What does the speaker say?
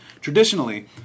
traditionally